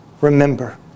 remember